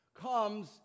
comes